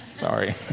Sorry